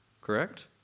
correct